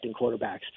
quarterbacks